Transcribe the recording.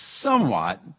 somewhat